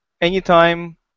anytime